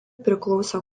priklausė